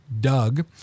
Doug